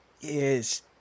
Yes